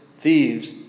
thieves